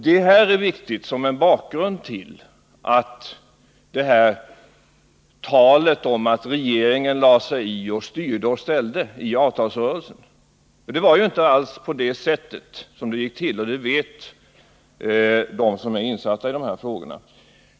Detta är viktigt att ha som bakgrund när man hör talet om att regeringen lade sig i och styrde och ställde i avtalsrörelsen. Det gick ju inte alls till på det sättet, och det vet de som är insatta i dessa frågor.